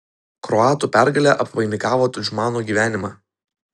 kroatų pergalė apvainikavo tudžmano gyvenimą